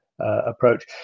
approach